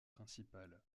principal